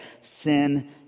sin